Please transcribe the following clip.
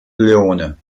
leone